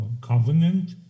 covenant